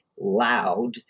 loud